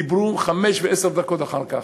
דיברו חמש ועשר דקות אחר כך.